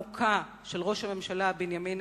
מעורבותו העמוקה של ראש הממשלה בנימין